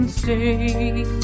Stay